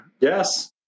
Yes